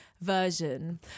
version